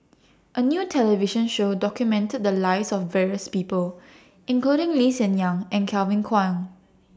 A New television Show documented The Lives of various People including Lee Hsien Yang and Kevin Kwan